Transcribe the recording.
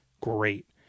Great